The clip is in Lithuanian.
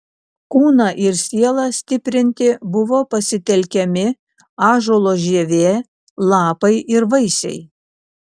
kūną ir sielą stiprinti buvo pasitelkiami ąžuolo žievė lapai ir vaisiai